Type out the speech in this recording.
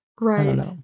Right